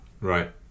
right